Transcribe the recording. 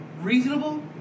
reasonable